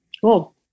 Cool